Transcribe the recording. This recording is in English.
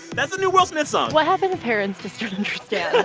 that's the new will smith song what happened to parents just don't understand?